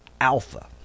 alpha